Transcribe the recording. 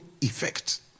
effect